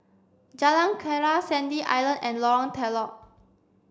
Jalan Keria Sandy Island and Lorong Telok